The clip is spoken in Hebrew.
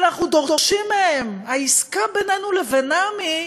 אנחנו דורשים מהם, העסקה בינינו לבינם היא: